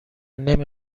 نمی